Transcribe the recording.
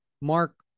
Mark